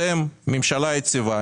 אתם ממשלה יציבה,